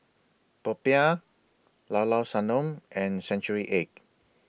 Popiah Llao Llao Sanum and Century Egg